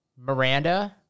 Miranda